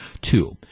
two